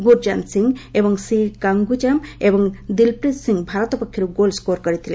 ଗୁରୁଜାନ୍ତ ସିଂ ଏବଂ ସି କଙ୍ଗୁଜାମ୍ ଏବଂ ଦିଲ୍ପ୍ରୀତ୍ ସିଂ ଭାରତ ପକ୍ଷରୁ ଗୋଲ୍ ସ୍କୋର୍ କରିଥିଲେ